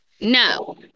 no